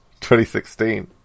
2016